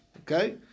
Okay